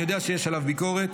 אני יודע שיש עליו ביקורת,